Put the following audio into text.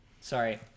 Sorry